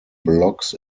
blocks